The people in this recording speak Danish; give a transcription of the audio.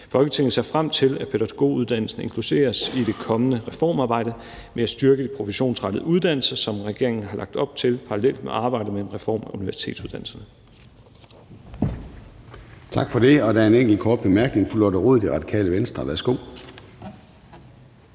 Folketinget ser frem til, at pædagoguddannelsen inkluderes i det kommende reformarbejde med at styrke de professionsrettede uddannelser, som regeringen har lagt op til parallelt med arbejdet med en reform af universitetsuddannelserne.« (Forslag til vedtagelse nr. V 24).